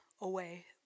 away